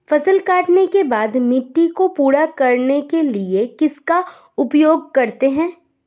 फसल काटने के बाद मिट्टी को पूरा करने के लिए किसका उपयोग करते हैं?